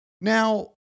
Now